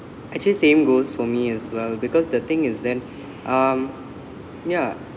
actually same goes for me as well because the thing is then um ya